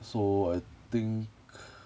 so I think